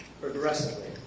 progressively